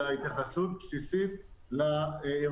אלא צריכה להיות התייחסות בסיסית לאירוע.